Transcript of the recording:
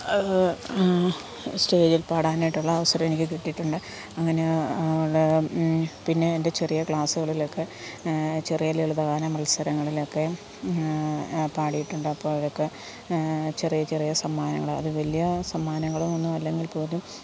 സ്റ്റേജിൽ പാടാനായിട്ടുള്ള അവസരം എനിക്ക് കിട്ടിയിട്ടുണ്ട് അങ്ങനെ ഉള്ള പിന്നെ എൻ്റെ ചെറിയ ക്ലാസ്സുകളിലൊക്കെ ചെറിയ ലളിതഗാന മത്സരങ്ങളിലൊക്കെ പാടിയിട്ടുണ്ട് അപ്പോൾ അതിലൊക്കെ ചെറിയ ചെറിയ സമ്മാനങ്ങൾ അത് വലിയ സമ്മാനങ്ങളോ ഒന്നും അല്ലെങ്കിൽ പോലും